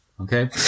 Okay